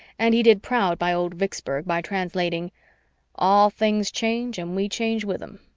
and he did proud by old vicksburg by translating all things change and we change with them.